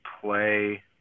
play